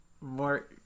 more